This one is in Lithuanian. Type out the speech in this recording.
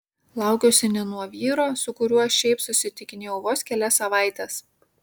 laukiuosi ne nuo vyro su kuriuo šiaip susitikinėjau vos kelias savaites